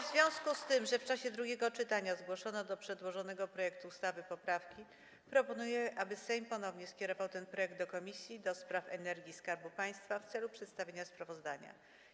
W związku z tym, że w czasie drugiego czytania zgłoszono do przedłożonego projektu ustawy poprawki, proponuję, aby Sejm ponownie skierował ten projekt do Komisji do Spraw Energii i Skarbu Państwa w celu przedstawienia sprawozdania.